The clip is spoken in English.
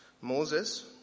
Moses